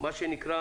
מה שנקרא